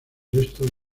resto